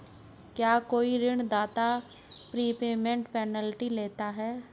क्या कोई ऋणदाता प्रीपेमेंट पेनल्टी लेता है?